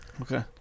Okay